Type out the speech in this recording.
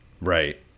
right